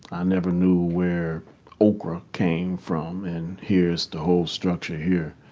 i never knew where okra came from and here's the whole structure here.